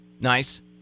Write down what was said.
Nice